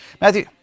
Matthew